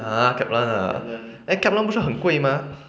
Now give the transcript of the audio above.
ah kaplan ah eh kaplan 不是很贵 mah